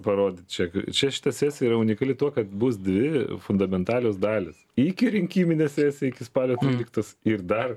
parodyt čia čia šita sesija yra unikali tuo kad bus dvi fundamentalios dalys iki rinkiminė sesija iki spalio tryliktos ir dar